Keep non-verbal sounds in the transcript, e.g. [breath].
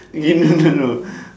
eh no no no [breath]